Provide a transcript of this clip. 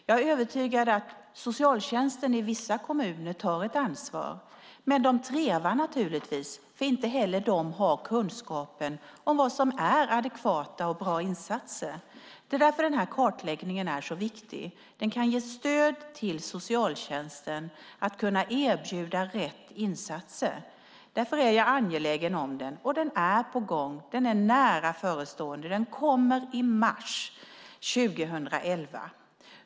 Jag är övertygad om att socialtjänsten i vissa kommuner tar ett ansvar, men de trevar naturligtvis eftersom inte heller de har kunskapen om vad som är adekvata och bra insatser. Det är därför kartläggningen är viktig. Den kan ge stöd till socialtjänsten att kunna erbjuda rätt insatser. Därför är jag angelägen om den, och den är på gång. Den är nära förestående; den kommer i mars 2011.